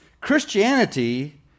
Christianity